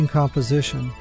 composition